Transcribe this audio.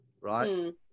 right